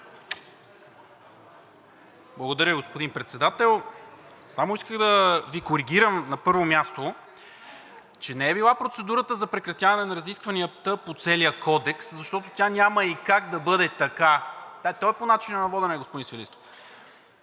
Благодаря, господин Председател. Само исках да Ви коригирам, на първо място, че не е била процедурата за прекратяване на разискванията по целия кодекс, защото тя няма и как да бъде така. ГЕОРГИ СВИЛЕНСКИ (БСП за България, от място):